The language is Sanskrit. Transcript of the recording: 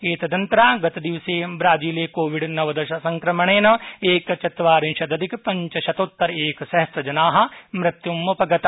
एतदन्तरा गतदिवसे ब्राजीले कोविड् नवदश संक्रमणेन एकचत्वारिंशदधिकपञ्चशतोत्तख्कसहस्त्र जना मृत्युमुपगता